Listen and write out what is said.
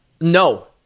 no